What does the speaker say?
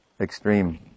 extreme